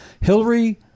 Hillary